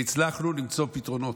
והצלחנו למצוא פתרונות.